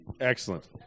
Excellent